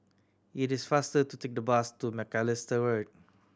it is faster to take the bus to Macalister Road